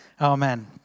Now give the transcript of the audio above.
Amen